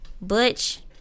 Butch